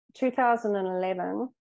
2011